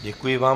Děkuji vám.